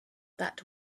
that